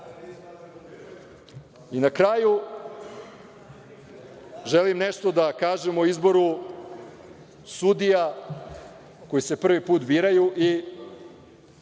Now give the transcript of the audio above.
nas. Na kraju, želim nešto da kažem o izboru sudija koji se prvi put biraju